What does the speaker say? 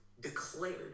declared